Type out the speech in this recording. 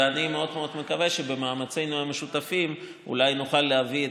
ואני מאוד מאוד מקווה שבמאמצינו המשותפים אולי נוכל להביא את